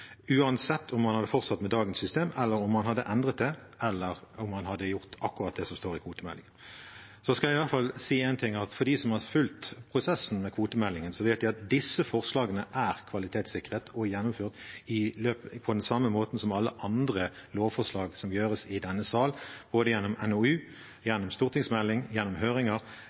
uansett om man hadde fortsatt med dagens system, om man hadde endret det, eller om man hadde gjort akkurat det som står i kvotemeldingen. Jeg vil i alle fall si én ting, nemlig at de som har fulgt prosessen med kvotemeldingen, vet at disse forslagene er kvalitetssikret og gjennomført på samme måte som alle andre lovforslag i denne sal, både gjennom en NOU, gjennom en stortingsmelding, gjennom